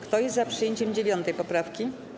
Kto jest za przyjęciem 9. poprawki?